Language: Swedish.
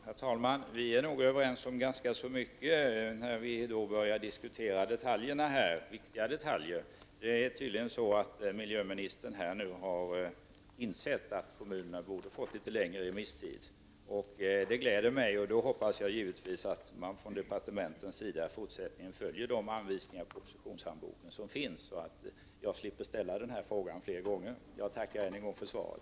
Herr talman! Vi är nog överens om ganska mycket när vi börjar diskutera viktiga detaljer. Tydligen har miljöministern nu insett att kommunerna borde ha fått litet längre remisstid. Det gläder mig. Jag hoppas givetvis att man från departementens sida fortsättningsvis följer de anvisningar som finns i propositionshandboken, så att jag slipper ställa denna fråga fler gånger. Jag tackar än en gång för svaret.